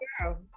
girl